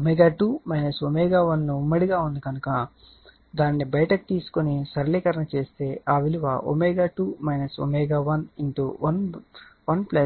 ω2 ω1 ను ఉమ్మడి గా ఉంది కనుక దానిని బయటికి తీసుకుని సరళీకరణ చేస్తే ఆ విలువ ω2 ω1 1